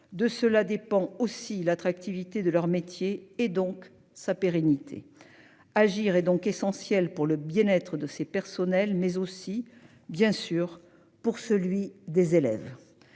De cela dépend aussi l'attractivité de leur métier et donc sa pérennité agir et donc essentiel pour le bien-être de ses personnels mais aussi bien sûr pour celui des élèves.